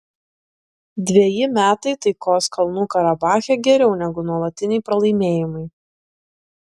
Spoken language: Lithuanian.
dveji metai taikos kalnų karabache geriau negu nuolatiniai pralaimėjimai